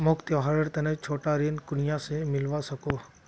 मोक त्योहारेर तने छोटा ऋण कुनियाँ से मिलवा सको हो?